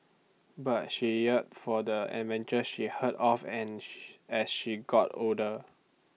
but she yearn for the adventures she heard of and as she got older